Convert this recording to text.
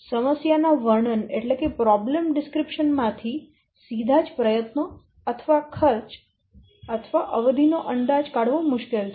સમસ્યા ના વર્ણન માંથી સીધા જ પ્રયત્નો અથવા ખર્ચ અથવા અવધિ નો અંદાજ કાઢવો મુશ્કેલ છે